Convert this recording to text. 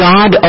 God